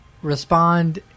Respond